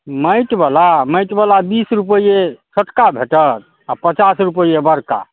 माटि बला माटि बला बीस रुपैये छोटका भेटत आ पचास रुपैये बड़का